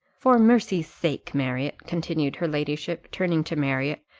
for mercy's sake, marriott, continued her ladyship, turning to marriott,